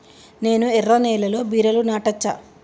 నేను ఎర్ర నేలలో బీరలు నాటచ్చా?